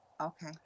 Okay